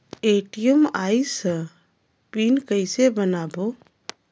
ATM आइस ह pin कइसे बनाओ?